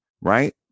Right